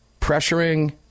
Pressuring